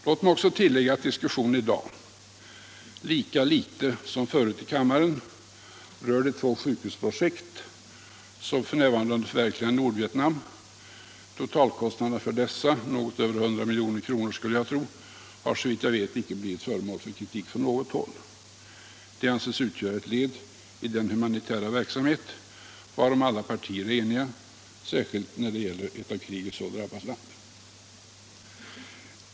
Låt mig också tillägga att diskussionen i dag, lika litet som förut i kammaren, rör de två sjukhusprojekt som f. n. är under förverkligande i Nordvietnam. Totalkostnaderna för dessa, kanske något över 100 milj.kr., har såvitt jag vet inte blivit föremål för kritik från något håll. De anses utgöra ett led i den humanitära verksamhet varom alla partier är eniga, särskilt när det gäller ett av kriget så drabbat land.